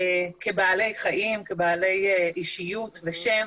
כבעלי חיים, כבעלי אישיות בשם